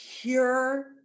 pure